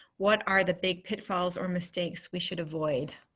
what are the big pitfalls or mistakes we should avoid?